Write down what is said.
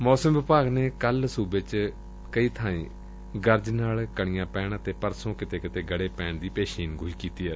ਮੌਸਮ ਵਿਭਾਗ ਨੇ ਕੱਲ੍ ਸੂਬੇ ਚ ਕਈ ਬਾਈ ਂ ਗਰਜ ਨਾਲ ਕਣੀਆਂ ਪੈਣ ਅਤੇ ਪਰਸੋਂ ਕਿਤੇ ਕਿਤੇ ਗੜੇ ਪੈਣ ਦੀ ਪੇਸ਼ੀਨਗੋਈ ਕੀਤੀ ਏ